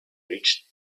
reached